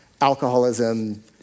alcoholism